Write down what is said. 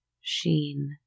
sheen